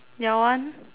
your one